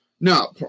No